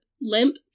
limp